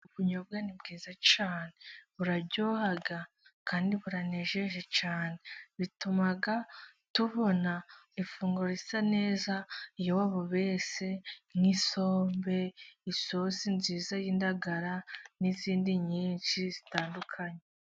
Ubunyobwa ni bwiza cyane. Buraryoha kandi buraneje cyane. Butuma tubona ifunguro risa neza iyo wabubese nk'isombe, isosi nziza y'indagara, n'izindi nyinshi zitandukanye.